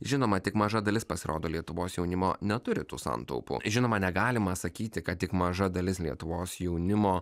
žinoma tik maža dalis pasirodo lietuvos jaunimo neturi tų santaupų žinoma negalima sakyti kad tik maža dalis lietuvos jaunimo